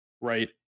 right